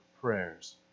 prayers